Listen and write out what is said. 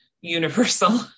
universal